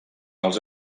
els